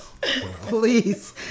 please